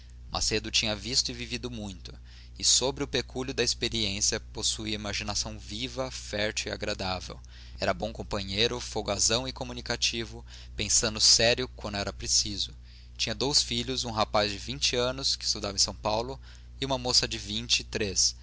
macedo tinha visto e vivido muito e sobre o pecúlio da experiência possuía imaginação viva fértil e agradável era bom companheiro folgazão e comunicativo pensando sério quando era preciso tinha dois filhos um rapaz de vinte anos que estudava em s paulo e uma moça de vinte e três